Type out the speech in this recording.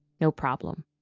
no problem.